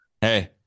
Hey